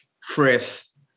Frith